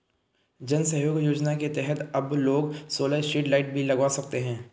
जन सहयोग योजना के तहत अब लोग सोलर स्ट्रीट लाइट भी लगवा सकते हैं